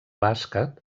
bàsquet